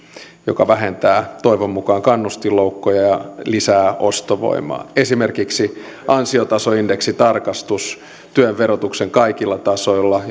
joka vähentää toivon mukaan kannustinloukkuja ja lisää ostovoimaa esimerkiksi ansiotasoindeksin tarkistus työn verotuksen kaikilla tasoilla